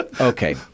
okay